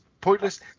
pointless